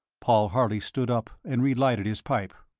paul harley stood up and relighted his pipe.